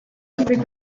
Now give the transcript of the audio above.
улсыг